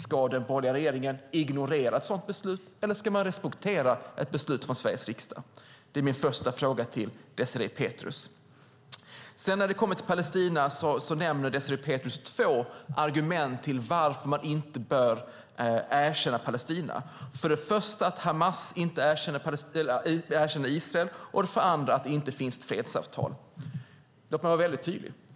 Ska den borgerliga regeringen ignorera ett sådant beslut eller respektera ett beslut fattat av Sveriges riksdag? Det är det första jag vill fråga Désirée Pethrus om. När det sedan gäller Palestina nämner Désirée Pethrus två argument varför man inte bör erkänna Palestina. Det första är att Hamas inte erkänner Israel. Det andra är att det inte finns ett fredsavtal. Låt mig vara mycket tydlig.